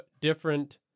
different